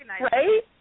right